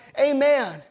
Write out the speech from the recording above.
Amen